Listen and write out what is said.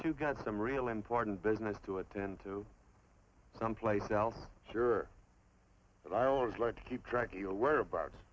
you got some real important business to attend to some place else sure but i always like to keep track of your whereabouts